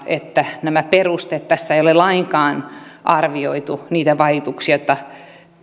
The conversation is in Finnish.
että tässä ei ole lainkaan arvioitu niitä vaikutuksia miten